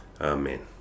Amen